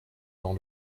dans